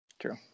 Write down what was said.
True